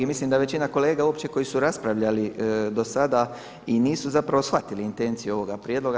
I mislim da većina kolega uopće koji su raspravljali do sada i nisu zapravo shvatili intenciju ovoga prijedloga.